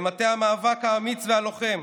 למטה המאבק האמיץ והלוחם,